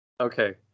Okay